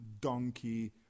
donkey